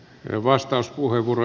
arvoisa puhemies